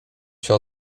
się